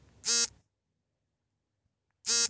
ರಾಬಿ ಬೆಳೆಗೆ ಒಂದು ಉದಾಹರಣೆ ನೀಡಿ